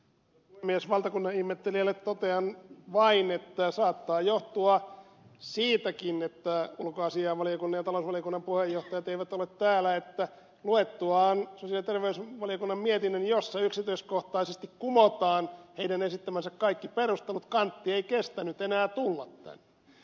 valtakunnanihmettelijälle totean vain että se että ulkoasiainvaliokunnan ja talousvaliokunnan puheenjohtajat eivät ole täällä saattaa johtua siitäkin että heidän luettuaan sosiaali ja terveysvaliokunnan mietinnön jossa yksityiskohtaisesti kumotaan heidän esittämänsä kaikki perustelut kantti ei kestänyt enää tulla tänne